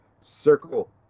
circle